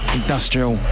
industrial